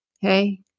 Hey